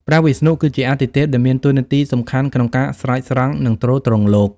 ព្រះវិស្ណុ គឺជាអាទិទេពដែលមានតួនាទីសំខាន់ក្នុងការស្រោចស្រង់ និងទ្រទ្រង់លោក។